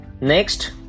next